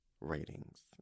ratings